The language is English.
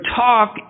talk